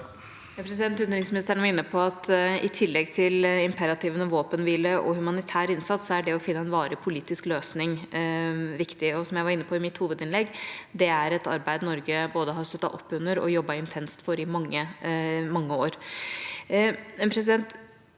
Utenriks- ministeren var inne på at i tillegg til imperativene våpenhvile og humanitær innsats er det viktig å finne en varig politisk løsning. Som jeg var inne på i mitt hovedinnlegg, er det et arbeid Norge både har støttet opp un der og jobbet intenst for i mange år.